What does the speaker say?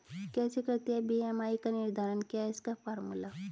कैसे करते हैं बी.एम.आई का निर्धारण क्या है इसका फॉर्मूला?